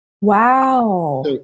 Wow